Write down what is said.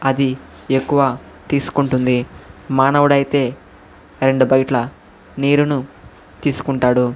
అది ఎక్కువ తీసుకుంటుంది మానవుడు అయితే రెండు బకెట్ల నీరును తీసుకుంటాడు